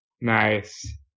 Nice